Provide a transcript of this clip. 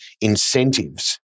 incentives